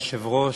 אדוני היושב-ראש,